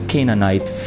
Canaanite